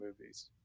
movies